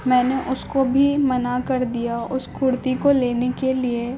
میں نے اس کو بھی منع کر دیا اس کرتی کو لینے کے لیے